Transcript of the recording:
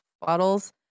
bottles